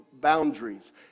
boundaries